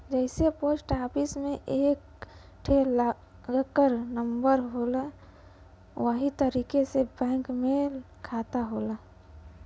जइसे post office मे एक ठे लाकर नम्बर होला वही तरीके से बैंक के खाता होला